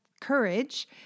courage